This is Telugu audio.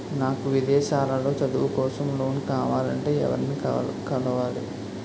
నాకు విదేశాలలో చదువు కోసం లోన్ కావాలంటే ఎవరిని కలవాలి?